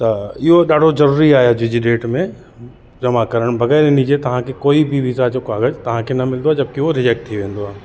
त इहो ॾाढो ज़रूरी आहे अॼु जी डेट में जमा करणु बग़ैर इन जे तव्हां के कोई बि वीज़ा जो क़ागज तव्हां खे न मिलंदो आहे जबकि हू रिजेक्ट थी वेंदो आहे